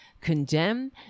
condemn